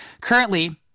Currently